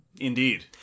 Indeed